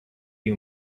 you